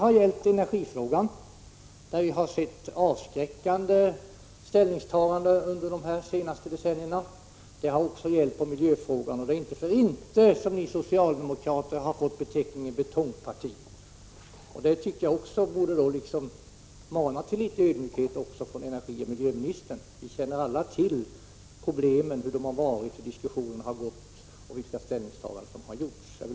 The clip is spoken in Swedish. Detta gäller energifrågan, där vi under de senaste decennierna sett avskräckande ställningstaganden. Det har också gällt miljöfrågorna. Det är inte för ingenting som ni socialdemokrater fått beteckningen betongparti. Detta tycker jag också borde mana till en smula ödmjukhet också från energioch miljöministern. Vi känner alla till vilka problemen har varit, vilka diskussioner som har förts och vilka ställningstaganden som gjorts.